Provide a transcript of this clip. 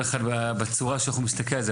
לכל אחד והצורה שבה הוא מסתכל עליה.